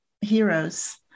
heroes